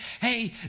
hey